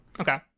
okay